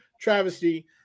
travesty